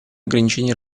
ограничения